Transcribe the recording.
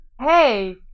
Hey